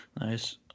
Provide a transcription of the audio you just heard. nice